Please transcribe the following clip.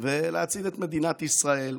ולהציל את מדינת ישראל.